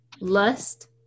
Lust